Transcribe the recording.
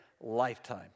lifetime